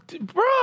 bro